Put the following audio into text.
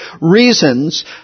reasons